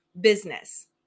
business